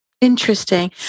Interesting